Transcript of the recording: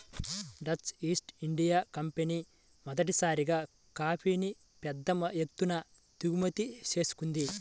Dutch East India Company మొదటిసారిగా కాఫీని పెద్ద ఎత్తున దిగుమతి చేసుకుంది